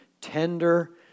tender